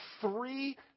three